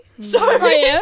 Sorry